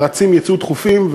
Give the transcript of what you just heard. הרצים יצאו דחופים,